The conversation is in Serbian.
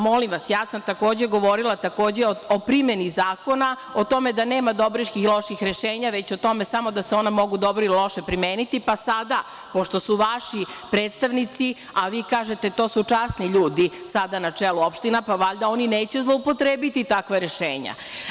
Molim vas, ja sam takođe govorila o primeni zakona, o tome da nema dobrih i loših rešenja, već o tome samo da se ona mogu dobro ili loše primeniti, pa sada, pošto su vaši predstavnici, a vi kažete da su to časni ljudi, sada na čelu opština, pa valjda oni neće zloupotrebiti takva rešenja?